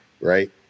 right